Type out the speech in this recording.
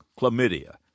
chlamydia